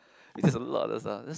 is a lot of stuff that's